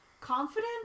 confident